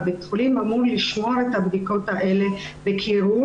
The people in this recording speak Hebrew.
בית החולים אמור לשמור את הבדיקות האלה בקירור